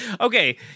Okay